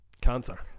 cancer